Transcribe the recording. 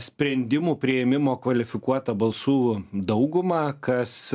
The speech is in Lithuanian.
sprendimų priėmimo kvalifikuota balsų dauguma kas